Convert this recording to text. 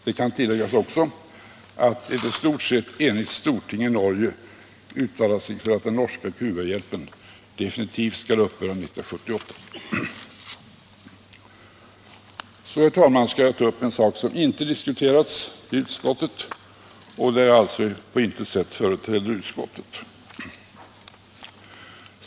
Det kan också tilläggas att ett i stort sett enigt storting i Norge uttalat sig för att den norska Cubahjälpen definitivt skall upphöra 1978. Så, herr talman, skall jag ta upp en sak som inte diskuterats i utskottet och där jag alltså på intet sätt företräder detta.